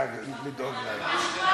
הבטחתי, תן לעשות חגיגה.